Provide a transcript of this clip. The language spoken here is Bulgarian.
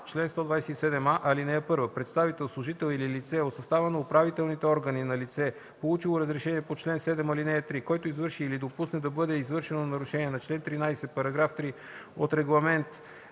чл. 127а: „Чл. 127а. (1) Представител, служител или лице от състава на управителните органи на лице, получило разрешение по чл. 7, ал. 3, който извърши или допусне да бъде извършено нарушение на чл. 13, параграф 3 от Регламент